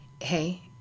hey